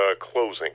closing